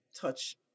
touch